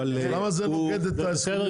למה זה נוגד את ההסכם?